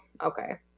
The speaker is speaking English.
okay